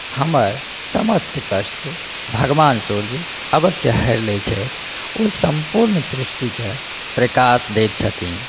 हमर समस्त कष्ट भगवान सुर्य अवश्य हरि लै छथि ओ सम्पुर्ण सृष्टिके प्रकाश दैत छथिन